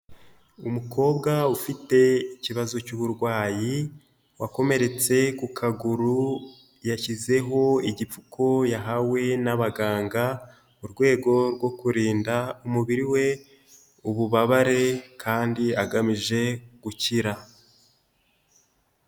Umukobwa ufite ikibazo cy'uburwayi wakomeretse ku kaguru yashyizeho igipfuko yahawe n'abaganga, mu rwego rwo kurinda umubiri we ububabare kandi agamije gukira.